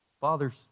fathers